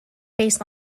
based